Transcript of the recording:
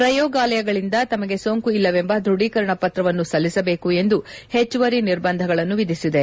ಪ್ರಯೋಗಾಲಯಗಳಿಂದ ತಮಗೆ ಸೋಂಕು ಇಲ್ಲವೆಂಬ ದೃಢೀಕರಣ ಪತ್ರವನ್ನು ಸಲ್ಲಿಸಬೇಕು ಎಂದು ಹೆಚ್ಚುವರಿ ನಿರ್ಬಂಧಗಳನ್ನು ವಿಧಿಸಿದೆ